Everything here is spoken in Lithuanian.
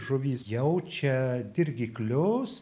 žuvys jaučia dirgiklius